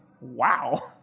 Wow